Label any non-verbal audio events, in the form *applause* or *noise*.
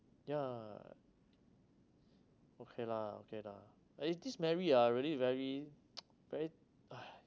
ya okay lah okay lah like this this mary ah really very *noise* very !aiya!